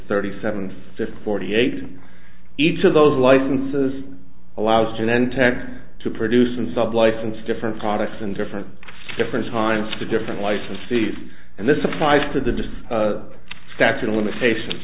thirty seven fifty forty eight each of those licenses allows gentex to produce and sub license different products and different different times to different licensees and this applies to the distance statute of limitations